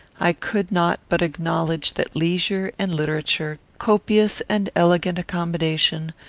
i could not but acknowledge that leisure and literature, copious and elegant accommodation,